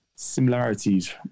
similarities